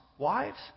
Wives